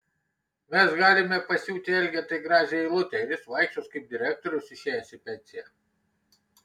mes galime pasiūti elgetai gražią eilutę ir jis vaikščios kaip direktorius išėjęs į pensiją